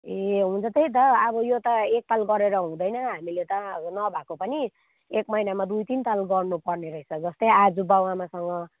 ए हुन्छ त्यही त अब यो त एकताल गरेर हुँदैन हामीले त नभएको पनि एक महिनामा दुई तिनताल गर्नु पर्ने रहेछ जस्तै आज बाउआमासँग